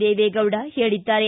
ದೇವೆಗೌಡ ಹೇಳಿದ್ದಾರೆ